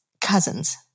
cousins